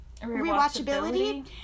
rewatchability